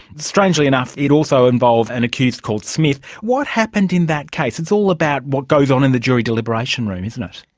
strangely enough it also involved an accused called smith. what happened in that case? it's all about what goes on in the jury deliberation room, isn't ah it.